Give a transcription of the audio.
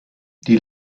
die